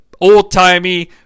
old-timey